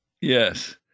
Yes